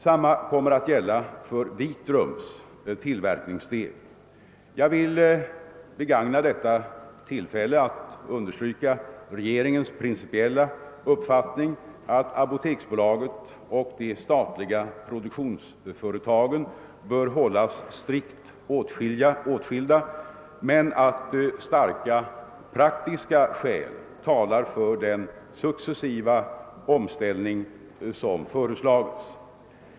Samma kommer att gälla för Vitrums tillverkningsdel. Jag vill begagna detta tillfälle att understryka regeringens principiella uppfattning att apoteksbolaget och de statliga produktionsföretagen bör hållas strikt åtskilda, men att starka praktiska skäl talar för den successiva omställning som föreslagits.